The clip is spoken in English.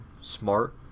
Smart